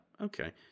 Okay